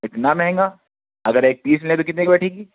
اتنا مہنگا اگر ایک پیس لیں تو کتنے کی بیٹھے گی